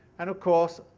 and of course,